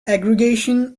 aggregation